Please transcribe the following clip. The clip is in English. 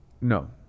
No